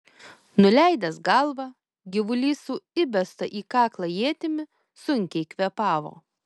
nuleidęs galvą gyvulys su įbesta į kaklą ietimi sunkiai kvėpavo